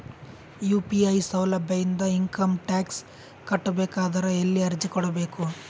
UPI ಸೌಲಭ್ಯ ಇಂದ income tax ಕಟ್ಟಬೇಕಾದರ ಎಲ್ಲಿ ಅರ್ಜಿ ಕೊಡಬೇಕು?